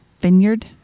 vineyard